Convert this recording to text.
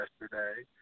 yesterday